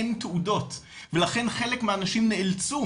אין תעודות ולכן חלק מהאנשים נאלצו,